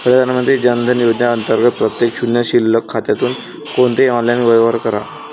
प्रधानमंत्री जन धन योजना अंतर्गत प्रत्येक शून्य शिल्लक खात्यातून कोणतेही ऑनलाइन व्यवहार करा